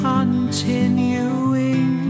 Continuing